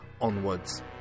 onwards